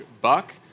buck